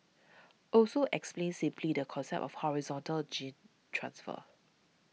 also explained simply the concept of horizontal gene transfer